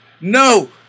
No